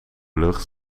lucht